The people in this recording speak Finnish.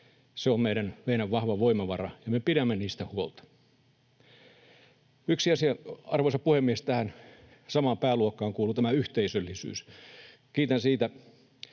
Se on meidän vahva voimavaramme, ja me pidämme niistä huolta. Yksi asia, arvoisa puhemies: Tähän samaan pääluokkaan kuuluu tämä yhteisöllisyys. Kiitän siitä,